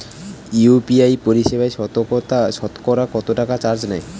UPI পরিসেবায় সতকরা কতটাকা চার্জ নেয়?